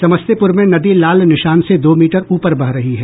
समस्तीपुर में नदी लाल निशान से दो मीटर ऊपर बह रही है